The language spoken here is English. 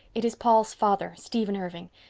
it is paul's father. stephen irving.